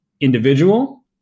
individual